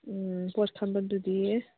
ꯎꯝ ꯄꯣꯠ ꯈꯟꯕꯗꯨꯗꯤ